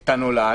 את הנולד,